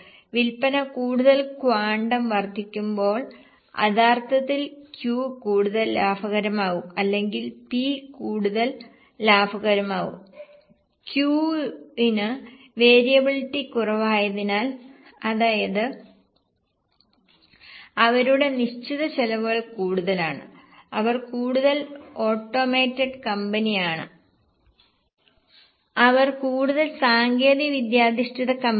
വിൽപ്പന കൂടുതൽ ക്വാണ്ടം വർദ്ധിക്കുമ്പോൾ യഥാർത്ഥത്തിൽ Q കൂടുതൽ ലാഭകരമാകും അല്ലെങ്കിൽ P കൂടുതൽ ലാഭകരമാകും Q ന് വേരിയബിളിറ്റി കുറവായതിനാൽ അതായത് അവരുടെ നിശ്ചിത ചെലവുകൾ കൂടുതലാണ് അവർ കൂടുതൽ ഓട്ടോമേറ്റഡ് കമ്പനിയാണ് അവർ കൂടുതൽ സാങ്കേതിക വിദ്യാധിഷ്ഠിത കമ്പനിയാണ്